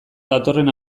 datorren